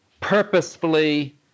purposefully